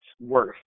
worth